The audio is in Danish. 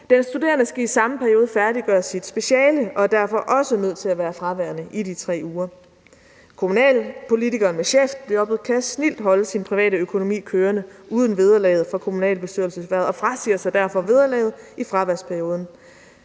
Den studerende skal i samme periode færdiggøre sit speciale og er derfor også nødt til at være fraværende i de 3 uger. Kommunalpolitikeren med chefjobbet kan snildt holde sin private økonomi kørende uden vederlaget for kommunalbestyrelseshvervet og frasiger sig derfor vederlaget i fraværsperioden.